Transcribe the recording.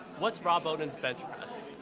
what's rob bowden's bench press?